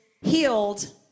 healed